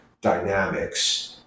dynamics